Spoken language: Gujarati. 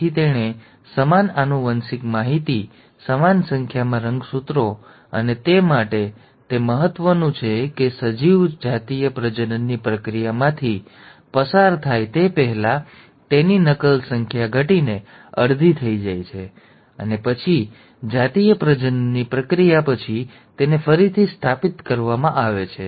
તેથી તેણે સમાન આનુવંશિક માહિતી સમાન સંખ્યામાં રંગસૂત્રો અને તે માટે તે મહત્વનું છે કે સજીવ જાતીય પ્રજનનની પ્રક્રિયામાંથી પસાર થાય તે પહેલાં તેની નકલ સંખ્યા ઘટીને અડધી થઈ જાય છે અને પછી જાતીય પ્રજનનની પ્રક્રિયા પછી તેને ફરીથી સ્થાપિત કરવામાં આવે છે